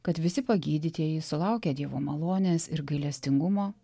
kad visi pagydytieji sulaukę dievo malonės ir gailestingumo